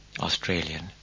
Australian